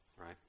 Right